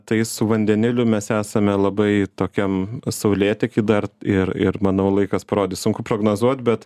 tai su vandeniliu mes esame labai tokiam saulėteky dar ir ir manau laikas parodys sunku prognozuot bet